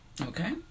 okay